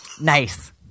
Nice